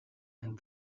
and